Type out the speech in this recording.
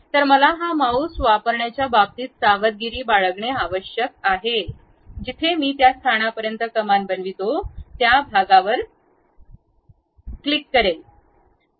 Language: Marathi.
तर मला हा माउस वापरण्याच्या बाबतीत सावधगिरी बाळगणे आवश्यक आहे जिथे मी त्या स्थानापर्यंत कमान बनवून त्या भागावर क्लिक करून क्लिक करेल